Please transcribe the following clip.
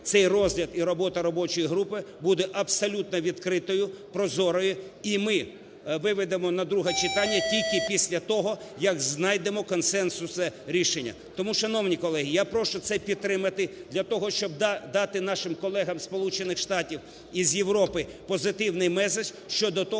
цей розгляд і робота робочої групи буде абсолютно відкритою, прозорою, і ми виведемо на друге читання тільки після того, як знайдемо консенсусне рішення. Тому, шановні колеги, я прошу це підтримати, для того щоб дати нашим колегам зі Сполучених Штатів і з Європи позитивний меседж щодо того,